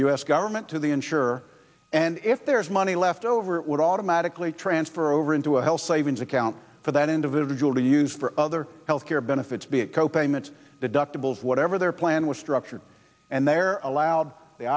s government to the insure and if there's money left over it would automatically transfer over into a health savings account for that individual to use for other health care benefits be it co payments deductibles whatever their plan was structured and they're allowed the